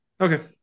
Okay